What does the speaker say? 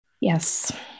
Yes